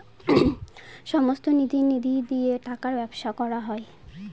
সমস্ত নীতি নিধি দিয়ে টাকার ব্যবসা করা হয়